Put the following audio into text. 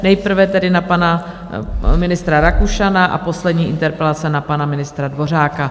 Nejprve tedy na pana ministra Rakušana a poslední interpelace na pana ministra Dvořáka.